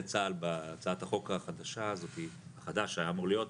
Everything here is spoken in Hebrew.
צה"ל בהצעת החוק החדש שהיה אמור להיות,